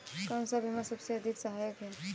कौन सा बीमा सबसे अधिक सहायक है?